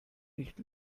nicht